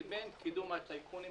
לבין קידום הטייקונים,